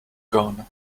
gone